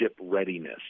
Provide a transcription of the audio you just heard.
readiness